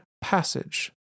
passage